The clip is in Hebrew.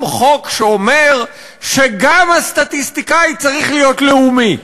חוק שאומר שגם הסטטיסטיקאי צריך להיות לאומי.